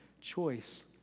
choice